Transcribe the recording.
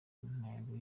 ntego